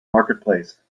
marketplace